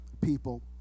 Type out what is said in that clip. people